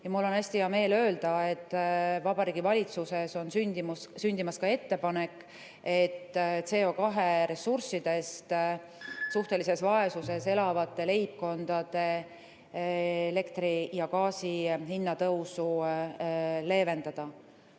Mul on hästi hea meel öelda, et Vabariigi Valitsuses on sündimas ettepanek, et CO2ressurssidest suhtelises vaesuses elavatele leibkondadele elektri ja gaasi hinna tõusu leevendada.